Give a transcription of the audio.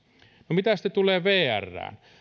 mitä sitten tulee vrään